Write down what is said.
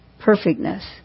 perfectness